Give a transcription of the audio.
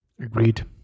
Agreed